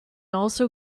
also